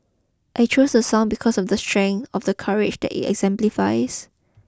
I chose the song because of the strength of the courage that it exemplifies